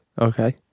okay